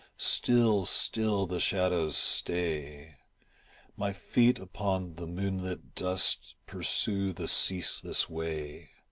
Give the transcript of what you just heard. still, still the shadows stay my feet upon the moonlit dust pursue the ceaseless way.